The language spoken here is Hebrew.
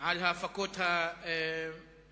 על ההפקות המקומיות,